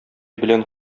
белән